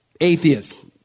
atheists